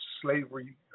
slavery